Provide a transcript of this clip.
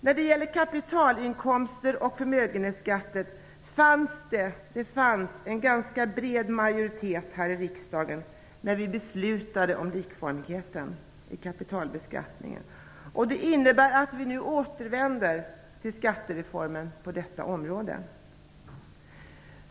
När det gäller kapitalinkomster och förmögenhetsskatten fanns det en ganska bred majoritet här i riksdagen när vi beslutade om likformighet i kapitalbeskattningen. Det innebär att vi nu återvänder till skattereformen på detta område.